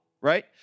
right